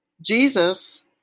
Jesus